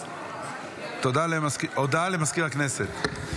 הודעה למזכיר הכנסת.